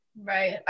Right